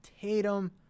Tatum